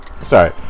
sorry